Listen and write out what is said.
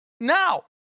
now